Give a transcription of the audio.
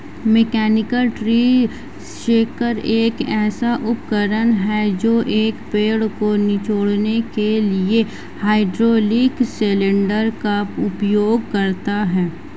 mechanical tree shaker एक ऐसा उपकरण है जो एक पेड़ को निचोड़ने के लिए हाइड्रोलिक सिलेंडर का उपयोग करता है